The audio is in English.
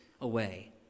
away